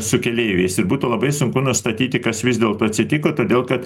su keleiviais ir būtų labai sunku nustatyti kas vis dėlto atsitiko todėl kad